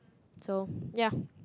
so ya